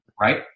Right